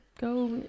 go